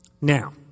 Now